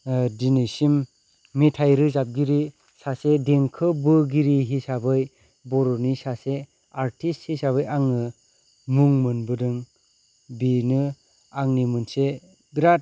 दिनैसिम मेथाय रोजाबगिरि सासे देंखो बोगिरि हिसाबै बर'नि सासे आर्थिस्त हिसाबै आङो मुं मोनबोदों बेनो आंनि मोनसे बिराद